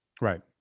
Right